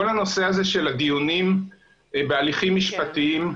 כל הנושא הזה של דיונים בהליכים משפטיים,